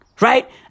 Right